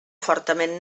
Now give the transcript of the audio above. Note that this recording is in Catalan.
fortament